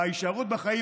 וההישארות בחיים,